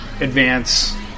advance